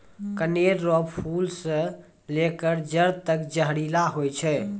कनेर रो फूल से लेकर जड़ तक जहरीला होय छै